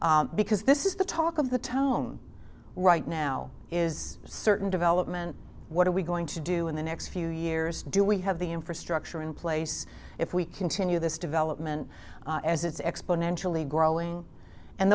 because this is the talk of the town right now is certain development what are we going to do in the next few years do we have the infrastructure in place if we continue this development as it's exponentially growing and